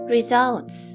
Results